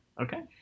Okay